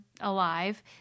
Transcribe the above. alive